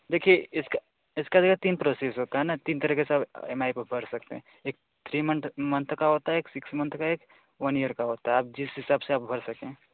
देखिए इसका इसके तीन प्रोसेस होते हैं ना तीन तरह का सब ई एम आई को भर सकते हैं एक थ्री मंथ मंथ का होता है एक सिक्स मंथ का और एक वन ईयर का होता है अब जिस हिसाब से आप भर सकें